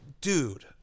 Dude